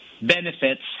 benefits